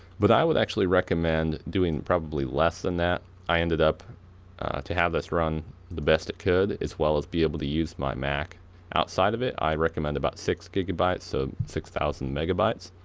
but i would actually recommend doing probably less then that. i ended up to have this run the best it could as well as be able to use my mac outside of it, i recommend about six gigabytes so six thousand megabytes,